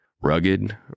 Rugged